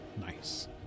Nice